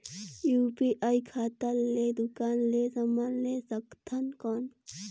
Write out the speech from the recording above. UPI खाता ले दुकान ले समान ले सकथन कौन?